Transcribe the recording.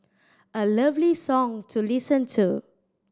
a lovely song to listen to